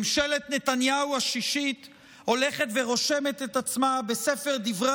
ממשלת נתניהו השישית הולכת ורושמת את עצמה בספר דברי